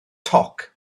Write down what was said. toc